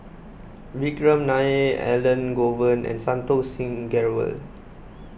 Vikram Nair Elangovan and Santokh Singh Grewal